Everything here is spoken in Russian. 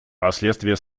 последствия